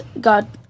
god